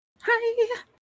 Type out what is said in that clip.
Hi